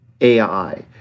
AI